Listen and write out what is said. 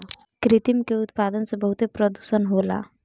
कृत्रिम के उत्पादन से बहुत प्रदुषण होला